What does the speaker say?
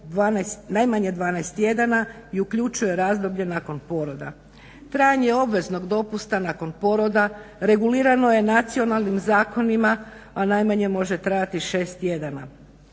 najmanje 12 tjedana i uključuje razdoblje nakon poroda. Trajanje obveznog dopusta nakon poroda regulirano je nacionalnim zakonima, a najmanje može trajati 6 tjedana.